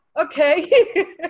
Okay